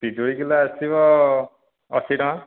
ପିଜୁଳି କିଲୋ ଆସିବ ଅଶୀଟଙ୍କା